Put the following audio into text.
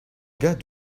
gars